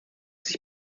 sich